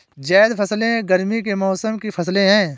ज़ैद फ़सलें गर्मी के मौसम की फ़सलें हैं